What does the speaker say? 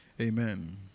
Amen